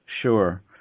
Sure